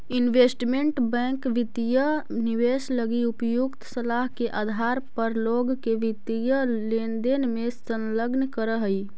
investment bank वित्तीय निवेश लगी उपयुक्त सलाह के आधार पर लोग के वित्तीय लेनदेन में संलग्न करऽ हइ